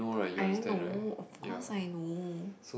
I don't know of course I know